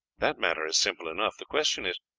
that matter is simple enough, the question is,